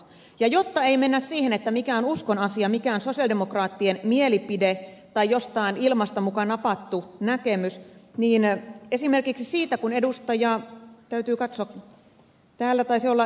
ja jotta ei mennä siihen mikä on uskon asia mikä on sosialidemokraattien mielipide tai jostain ilmasta muka napattu näkemys niin esimerkiksi kun täytyy katsoa täällä taisi olla ed